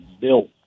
built